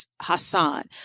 Hassan